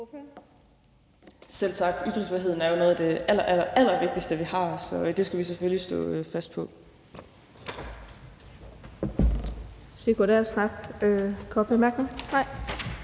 Selv tak. Ytringsfriheden er jo noget af det allerallervigtigste, vi har, så det skal vi selvfølgelig stå fast på. Kl. 10:40 Den fg.